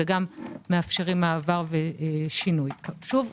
וגם מאפשרים מעבר ושינוי שוב,